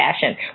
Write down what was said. fashion